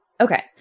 Okay